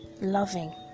Loving